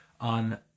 on